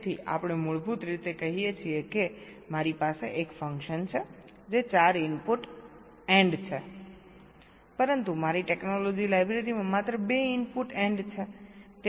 તેથી આપણે મૂળભૂત રીતે કહીએ છીએ કે મારી પાસે એક ફંક્શન છે જે 4 ઇનપુટ AND છે પરંતુ મારી ટેકનોલોજી લાઇબ્રેરીમાં માત્ર 2 ઇનપુટ AND છે